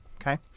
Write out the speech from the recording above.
Okay